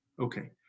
Okay